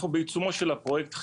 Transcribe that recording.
אנחנו בעיצומו של הפרויקט.